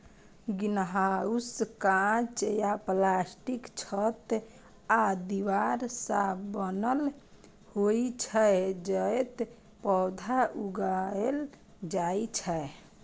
greenhouse कांच या प्लास्टिकक छत आ दीवार सं बनल होइ छै, जतय पौधा उगायल जाइ छै